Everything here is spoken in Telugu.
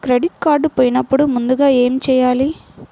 క్రెడిట్ కార్డ్ పోయినపుడు ముందుగా ఏమి చేయాలి?